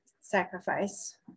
sacrifice